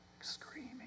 screaming